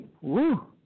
Woo